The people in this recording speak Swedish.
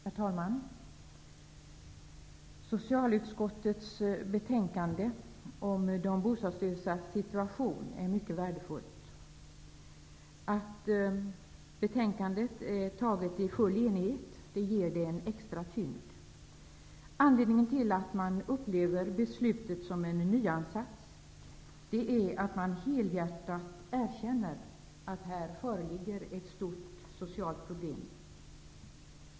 Herr talman! Socialutskottets betänkande om de bostadslösas situation är mycket värdefull. Att betänkandet avgivits i full enighet ger det extra tyngd. Anledningen till att beslutet upplevs som en nyansats är att man helhjärtat erkänner att här föreligger ett stort socialt problem.